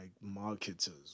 marketers